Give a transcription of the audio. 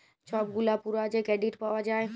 ছব গুলা পুরা যে কেরডিট পাউয়া যায়